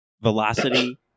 velocity